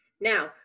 Now